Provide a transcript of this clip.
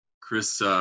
Chris